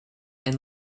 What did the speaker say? and